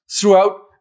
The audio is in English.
throughout